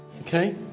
okay